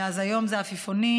אז היום זה העפיפונים,